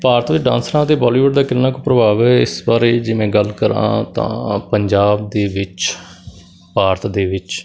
ਭਾਰਤ ਵਿੱਚ ਡਾਂਸਰਾਂ ਅਤੇ ਬੋਲੀਵੁੱਡ ਦਾ ਕਿੰਨਾ ਕੁ ਪ੍ਰਭਾਵ ਹੈ ਇਸ ਬਾਰੇ ਜਿਵੇਂ ਗੱਲ ਕਰਾਂ ਤਾਂ ਪੰਜਾਬ ਦੇ ਵਿੱਚ ਭਾਰਤ ਦੇ ਵਿੱਚ